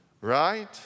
right